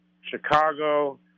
Chicago